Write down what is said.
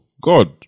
God